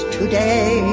today